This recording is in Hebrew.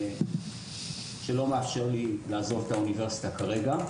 שלא מאפשר לי לעזוב את האוניברסיטה כרגע,